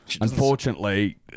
unfortunately